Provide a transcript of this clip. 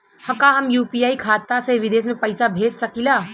का हम यू.पी.आई खाता से विदेश म पईसा भेज सकिला?